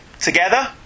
Together